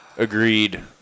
Agreed